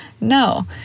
No